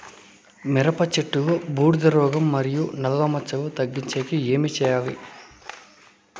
మిరప చెట్టులో బూడిద రోగం మరియు నల్ల మచ్చలు తగ్గించేకి ఏమి చేయాలి?